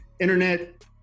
internet